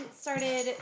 started